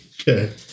Okay